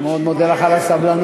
אני מאוד מודה לך על הסבלנות.